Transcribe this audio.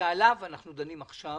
שעליו אנחנו דנים עכשיו,